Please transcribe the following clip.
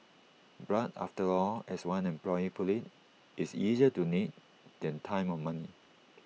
blood after all as one employee put IT is easier donate than time or money